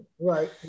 Right